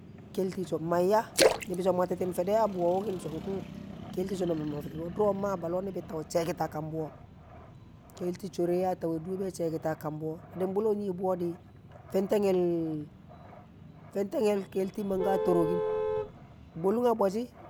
Kelti so̱ manya ni̱bi̱ so mwati̱ti̱n fe̱de̱ a bo̱wo̱ di̱ nn ke̱lti̱ so̱ duro̱ ma bale ni̱bi̱ tawe̱ di̱ che̱ki̱ a kam bwo, ke̱lti̱ cho̱re̱ ya tawe̱ duwe̱ be̱ che̱ki̱tin a kam bwo̱ di̱n bu̱llo̱ a nyi̱ buwo̱ di̱ pente̱ hel, pentegke̱l ke̱lti̱ ma- nka to̱ro̱kin, bo̱llu̱ng a bo̱shi̱.